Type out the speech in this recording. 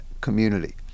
community